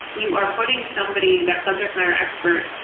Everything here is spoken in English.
you are putting somebody, that subject matter expert,